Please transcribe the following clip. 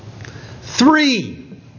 Three